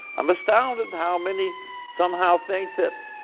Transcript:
am astounded how many somehow think that